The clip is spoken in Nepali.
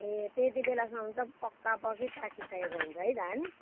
ए त्यति बेलासम्म त पक्का पक्की पाकिसकेको हुन्छ है धान